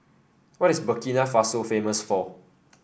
what is Burkina Faso famous for